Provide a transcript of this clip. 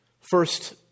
First